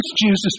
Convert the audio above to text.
Jesus